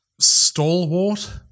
stalwart